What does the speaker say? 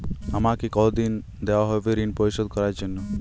আমাকে কতদিন দেওয়া হবে ৠণ পরিশোধ করার জন্য?